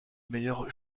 meilleur